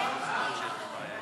מה זה הסיפור הזה?